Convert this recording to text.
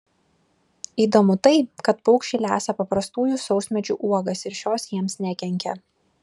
įdomu tai kad paukščiai lesa paprastųjų sausmedžių uogas ir šios jiems nekenkia